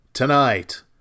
Tonight